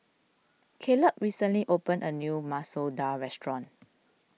Caleb recently opened a new Masoor Dal restaurant